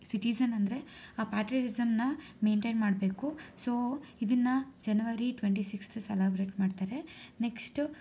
citizen ಅಂದರೆ ಆ ಪ್ಯಾಟ್ರ್ಯಾಟಿಸಮನ್ನ ಮೇಂಟೇನ್ ಮಾಡಬೇಕು ಸೋ ಇದನ್ನು ಜನವರಿ ಟ್ವೆಂಟಿ ಸಿಕ್ಸ್ತ್ ಸೆಲೆಬ್ರೇಟ್ ಮಾಡ್ತಾರೆ ನೆಕ್ಸ್ಟು